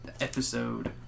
episode